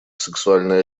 сексуальной